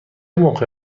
موقع